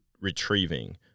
retrieving